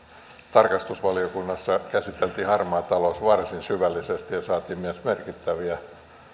tarkastusvaliokunnassa käsiteltiin harmaa talous varsin syvällisesti ja saatiin myös aikaan merkittäviä